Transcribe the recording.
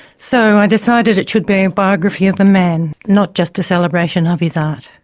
so, i decided it should be a biography of the man, not just a celebration of his art.